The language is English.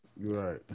Right